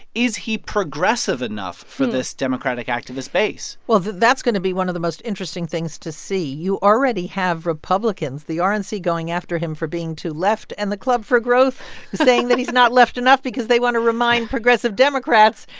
is he progressive enough for this democratic activist base? well, that's going to be one of the most interesting things to see. you already have republicans, the rnc, and going after him for being too left and the club for growth saying that he's not left enough because they want to remind progressive democrats,